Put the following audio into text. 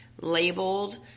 labeled